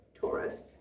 tourists